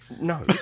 No